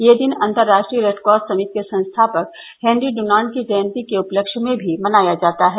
यह दिन अन्तर्राष्ट्रीय रेडक्रॉस समिति के संस्थापक हेनरी इनान्ट की जयंती के उपलक्ष्य में भी मनाया जाता है